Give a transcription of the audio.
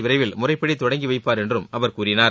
விரைவில் முறைப்படி தொடங்கி வைப்பார் என்றும் அவர் கூறினார்